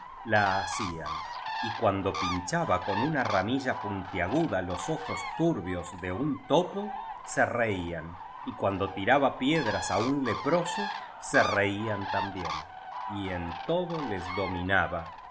ordénasela hacían y cuando pinchaba con una ramilla pun tiaguda los ojos turbios de un topo se reían y cuando tiraba piedras á un leproso se reían también y en todo les domina